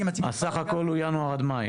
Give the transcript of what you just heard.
אני גם אציג --- הסך הכל הוא ינואר עד מאי,